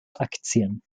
aktien